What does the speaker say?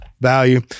value